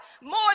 more